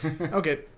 Okay